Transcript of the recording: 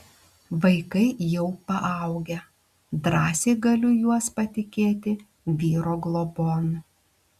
vaikai jau paaugę drąsiai galiu juos patikėti vyro globon